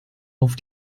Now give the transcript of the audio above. auf